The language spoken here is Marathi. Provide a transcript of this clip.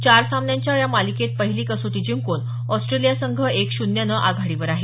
चार सामन्यांच्या या मालिकेत पहिली कसोटी जिंकून ऑस्ट्रेलिया संघ एक शून्यनं आघाडीवर आहे